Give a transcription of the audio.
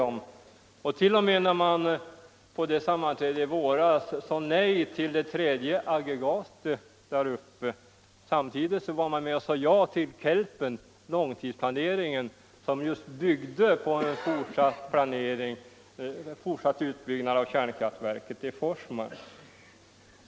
Och när man på ett sammanträde i våras sade nej till det tredje aggregatet sade man samtidigt ja till KELP, långtidsplaneringen, som just byggde på fortsatt utbyggnad av kärnkraftverket i Forsmark.